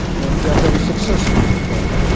and they are very successful in that.